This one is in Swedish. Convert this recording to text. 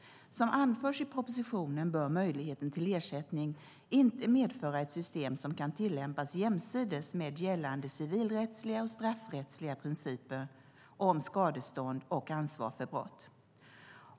Som anförs i propositionen bör möjligheten till ersättning inte medföra ett system som kan tillämpas jämsides med gällande civilrättsliga och straffrättsliga principer om skadestånd och ansvar för brott.